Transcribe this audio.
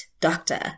doctor